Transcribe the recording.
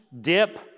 dip